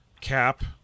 Cap